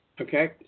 Okay